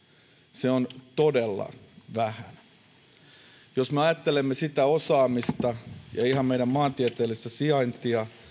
se on todella vähän jos me ajattelemme sitä osaamista ja ihan meidän maantieteellistä sijaintiamme